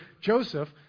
Joseph